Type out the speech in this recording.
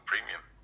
premium